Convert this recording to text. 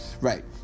right